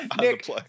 Nick